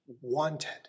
wanted